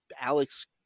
Alex